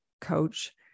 coach